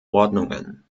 ordnungen